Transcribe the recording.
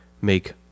make